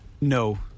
No